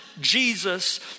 Jesus